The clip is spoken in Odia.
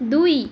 ଦୁଇ